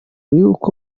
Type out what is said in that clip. y’uko